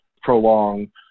prolong